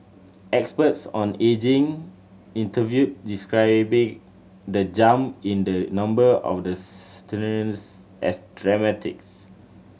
experts on ageing interviewed described the jump in the number of the centenarians as dramatics